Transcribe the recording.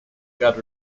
gad